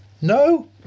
No